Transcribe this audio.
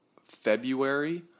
February